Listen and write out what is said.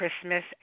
Christmas